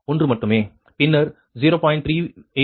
பின்னர் 0